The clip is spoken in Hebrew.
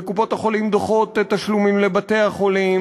וקופות-החולים דוחות תשלומים לבתי-החולים,